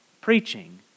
preaching